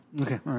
Okay